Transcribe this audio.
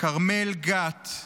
כרמל גת,